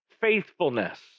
faithfulness